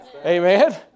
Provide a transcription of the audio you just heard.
Amen